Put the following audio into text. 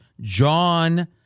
John